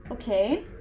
Okay